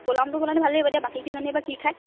প্ৰ'গামটো হ'লে মানে এতিয়া ভালে হ'ব বাকী কিজনীয়ে বা কি খায়